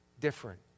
different